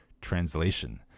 translation